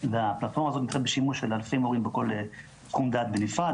הפלטפורמה הזאת נמצאת בשימוש של אלפי מורים בכל תחום דעת בנפרד,